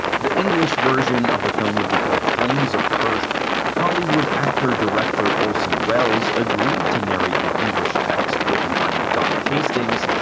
the english version of the film would be called flames of persia. hollywood actor-director orson welles agreed to narrate the english text, written by macdonald hastings,